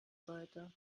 sollte